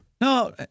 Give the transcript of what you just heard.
No